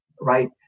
right